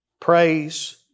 Praise